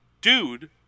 dude